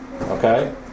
Okay